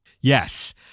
Yes